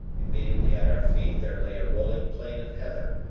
immediately at our feet there lay a rolling plain of heather,